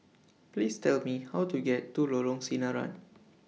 Please Tell Me How to get to Lorong Sinaran